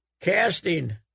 casting